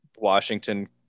Washington